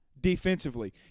defensively